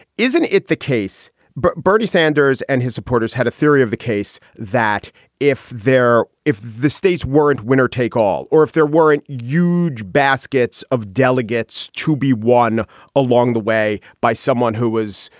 isn't it, the case but bernie sanders and his supporters had a theory of the case that if they're if the states weren't winner take all or if there weren't euge baskets of delegates to be won along the way by someone who was,